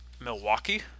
milwaukee